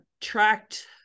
tracked